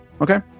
okay